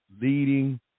leading